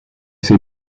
ces